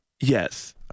Yes